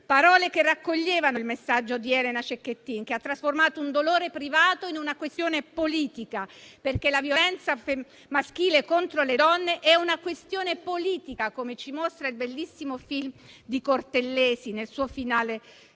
parole che raccoglievano il messaggio di Elena Cecchettin, che ha trasformato un dolore privato in una questione politica, perché la violenza maschile contro le donne è una questione politica, come ci mostra il bellissimo film di Cortellesi, nel suo finale eccezionale